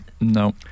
No